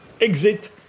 exit